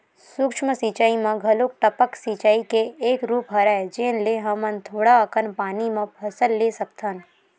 सूक्ष्म सिचई म घलोक टपक सिचई के एक रूप हरय जेन ले हमन थोड़ा अकन पानी म फसल ले सकथन